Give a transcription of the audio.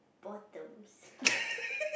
bottoms